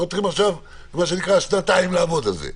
צריכים עכשיו שנתיים לעבוד על זה.